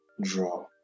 draw